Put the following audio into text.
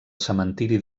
cementiri